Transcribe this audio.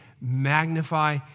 magnify